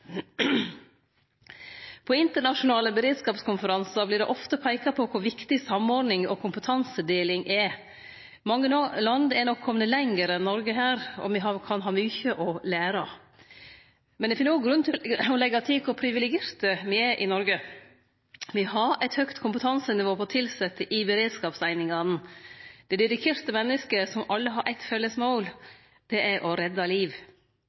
På internasjonale beredskapskonferansar vert det ofte peika på kor viktig samordning og kompetansedeling er. Mange land er nok komne lenger enn Noreg her, og me kan ha mykje å lære. Men eg finn òg grunn til å leggje til kor privilegerte me er i Noreg. Me har eit høgt kompetansenivå på tilsette i beredskapseiningane. Det er dedikerte menneske som alle har eit felles mål. Det er å redde liv.